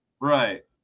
Right